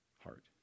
heart